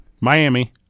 Miami